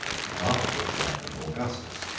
and afterwards that of augustus.